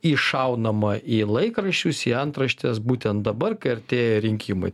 įšaunama į laikraščius į antraštes būtent dabar kai artėja rinkimai